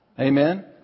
Amen